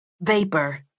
vapor